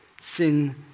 Sin